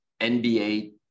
nba